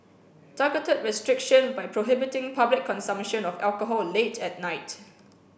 targeted restriction by prohibiting public consumption of alcohol late at night